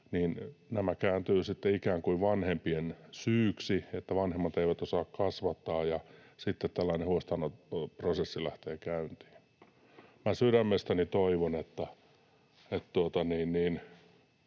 niin nämä kääntyvät sitten ikään kuin vanhempien syyksi, eli että vanhemmat eivät osaa kasvattaa, ja sitten tällainen huostaanottoprosessi lähtee käyntiin. Sydämestäni toivon, että